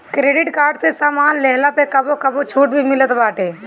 credit card से सामान लेहला पअ कबो कबो छुट भी मिलत बाटे